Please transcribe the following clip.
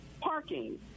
parking